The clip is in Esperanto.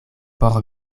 por